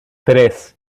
tres